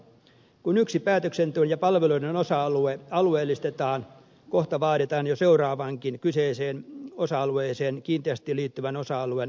kun yksi päätöksenteon ja palveluiden osa alue alueellistetaan kohta vaaditaan jo seuraavankin kyseiseen osa alueeseen kiinteästi liittyvän osa alueen alueellistamista